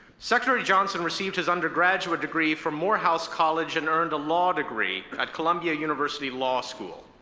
secretary johnson received his undergraduate degree from morehouse college and earned a law degree at columbia university law school.